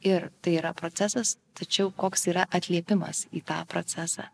ir tai yra procesas tačiau koks yra atliepimas į tą procesą